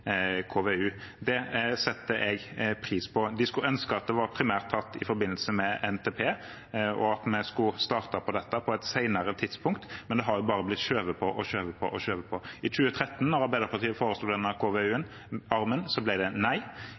KVU. Det setter jeg pris på. De skulle ønske at dette primært ble tatt i forbindelse med NTP, og at vi skulle starte på dette på et senere tidspunkt – det har jo bare blitt skjøvet på og skjøvet på. I 2013, da Arbeiderpartiet foreslo denne KVU-en om veiarmen, ble det nei.